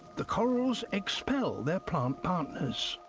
the corals expel their plant partners.